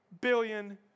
billion